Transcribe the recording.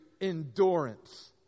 endurance